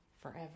forever